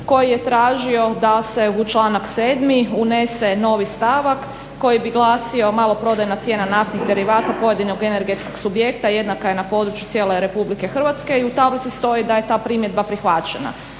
koji je tražio da se u članak 7. unese novi stavak koji bi glasio maloprodajna cijena naftnih derivata pojedinog energetskog subjekta jednaka je na području cijele Republike Hrvatske i u tablici stoji da je ta primjedba prihvaćena.